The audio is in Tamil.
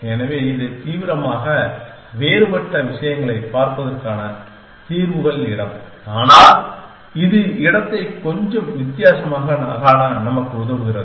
எனவே இது தீவிரமாக வேறுபட்ட விஷயங்களைப் பார்ப்பதற்கான தீர்வுகள் இடம் ஆனால் இது இடத்தை கொஞ்சம் வித்தியாசமாகக் காண நமக்கு உதவுகிறது